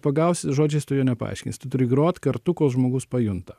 pagausi žodžiais tu jo nepaaiškinsi tu turi grot kartu kol žmogus pajunta